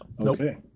Okay